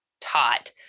taught